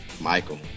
Michael